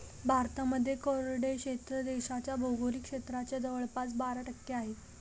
भारतामध्ये कोरडे क्षेत्र देशाच्या भौगोलिक क्षेत्राच्या जवळपास बारा टक्के आहे